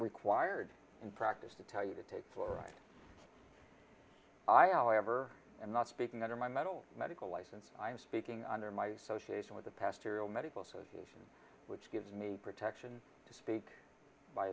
required in practice to tell you to take what i over and not speaking under my mental medical license i'm speaking under my association with the pastoral medical association which gives me protection to speak my